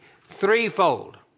Threefold